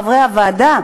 חברי הוועדה,